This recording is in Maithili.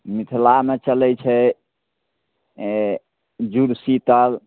मिथिलामे चलै छै एँ जूड़ शीतल